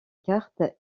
cartes